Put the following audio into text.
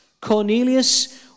Cornelius